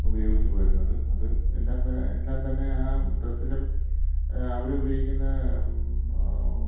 ഉപയോഗിച്ച് പോരുന്നത് അത് എല്ലാം തന്നെ എല്ലാം തന്നെ ആ ഡ്രസ്സിലും അവരുപയോഗിക്കുന്ന